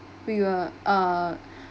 we will uh